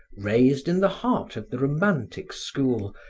raised in the heart of the romantic school,